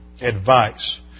advice